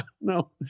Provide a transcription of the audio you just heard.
no